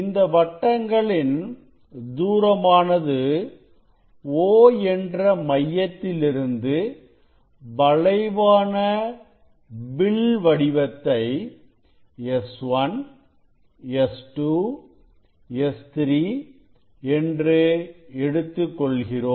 இந்த வட்டங்களின் தூரமானது O என்ற மையத்திலிருந்து வளைவான வில் வடிவத்தை S1 S2 S3 என்று எடுத்துக் கொள்கிறோம்